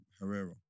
Herrera